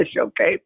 Okay